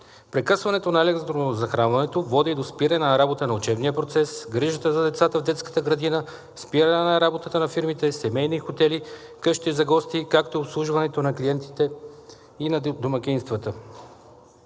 Прекъсването на електрозахранването води до спиране на работата на учебния процес, грижата за децата в детската градина, спиране на работата на фирмите, семейните хотели, къщите за гости, както и обслужването на клиентите и на домакинствата.